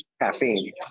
caffeine